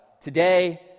today